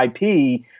IP